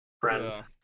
friend